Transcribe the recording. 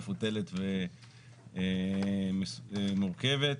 מפותלת ומורכבת.